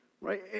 right